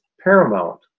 paramount